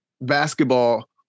basketball